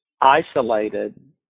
isolated